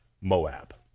Moab